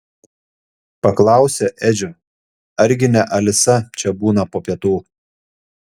paklausė edžio argi ne alisa čia būna po pietų